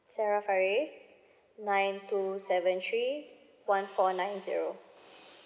sarah fariz nine two seven three one four nine zero